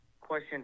question